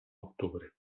octubre